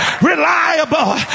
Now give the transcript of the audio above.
reliable